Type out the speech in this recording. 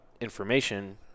information